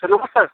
sir ନମସ୍କାର୍